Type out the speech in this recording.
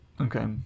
okay